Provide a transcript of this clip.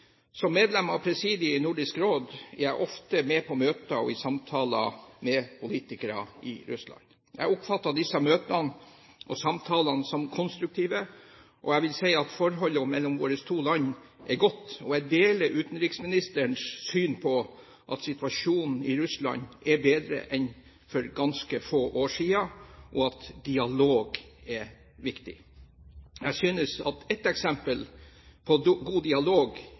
Som medlem av presidiet i Nordisk Råd er jeg ofte med på møter og i samtaler med politikere i Russland. Jeg oppfatter disse møtene og samtalene som konstruktive, og jeg vil si at forholdet mellom våre to land er godt. Jeg deler utenriksministerens syn at situasjonen i Russland er bedre enn for ganske få år siden, og at dialog er viktig. Jeg synes ett eksempel på god dialog